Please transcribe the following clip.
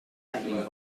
lightning